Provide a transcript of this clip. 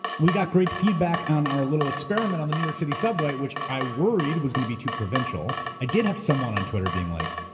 we got great feedback on our little experiment on the new york city subway, which i worried was gonna be too provincial. i did have someone on twitter being like,